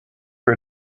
her